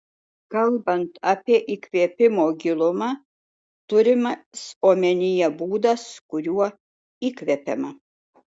kalbant apie įkvėpimo gilumą turimas omenyje būdas kuriuo įkvepiama